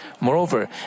Moreover